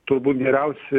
turbūt geriausia